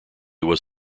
was